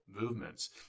movements